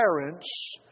parents